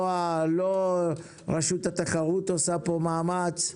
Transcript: לא רשות התחרות עושה פה מאמץ,